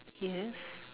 yes